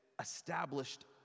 established